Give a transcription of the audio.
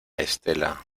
estela